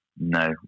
No